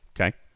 Okay